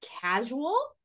casual